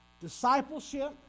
Discipleship